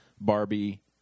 barbie